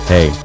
Hey